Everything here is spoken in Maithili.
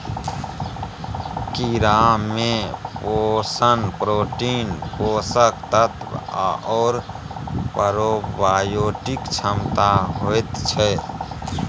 कीड़ामे पोषण प्रोटीन, पोषक तत्व आओर प्रोबायोटिक क्षमता होइत छै